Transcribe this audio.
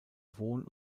wohn